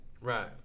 right